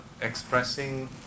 expressing